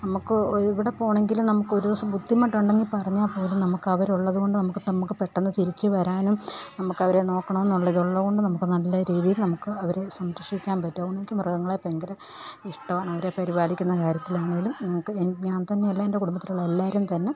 നമുക്ക് എവിടെ പോകണമെങ്കിലും നമുക്ക് ഒരു ദിവസം ബുദ്ധിമുട്ടുണ്ടെന്ന് പറഞ്ഞാല് പോലും നമുക്ക് അവർ ഉള്ളത് കൊണ്ട് നമുക്ക് നമുക്ക് പെട്ടന്ന് തിരിച്ചു വരാനും നമുക്ക് അവരെ നോക്കണമെന്നുള്ള ഒരു ഇത് ഉള്ളത് കൊണ്ട് നമുക്ക് നല്ല രീതിയില് നമുക്ക് അവരെ സംരക്ഷിക്കാന് പറ്റും എനിക്ക് മൃഗങ്ങളെ ഭയങ്കര ഇഷ്ടമാണ് അവരെ പരിപാലിക്കുന്ന കാര്യത്തിലാണെങ്കിലും ഞങ്ങൾക്ക് എനിക്ക് ഞാന് തന്നെ അല്ല എന്റെ കുടുംബത്തിലുള്ള എല്ലാവരും തന്നെ